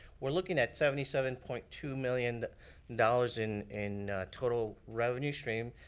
we're looking at seventy seven point two million dollars in in total revenue stream.